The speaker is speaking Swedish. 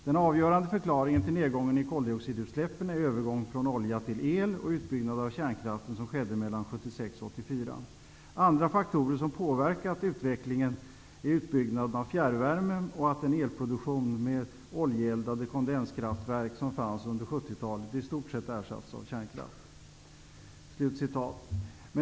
Den avgörande förklaringen till nedgången i koldioxidutsläppen är övergång från olja till el och utbyggnad av kärnkraften som skedde mellan år 1976 och 1984. Andra faktorer som påverkat utvecklingen är utbyggnaden av fjärrvärme och att den elproduktion med oljeeldade kondenskraftverk som fanns under 1970-talet i stort sett ersatts av kärnkraft.''